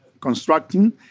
constructing